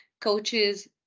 coaches